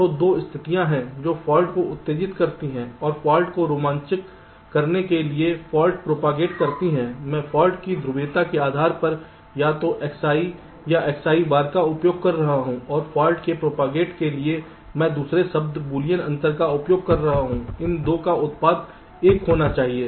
तो 2 स्थितियां हैं जो फाल्ट को उत्तेजित करती हैं और फाल्ट को रोमांचक करने के लिए फाल्ट प्रोपागेट करती हैं मैं फाल्ट की ध्रुवीयता के आधार पर या तो Xi या Xi बार का उपयोग कर रहा हूं और फाल्ट के प्रोपागेट के लिए मैं दूसरे शब्द बूलियन अंतर का उपयोग कर रहा हूं इन 2 का उत्पाद 1 होना चाहिए